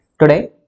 Today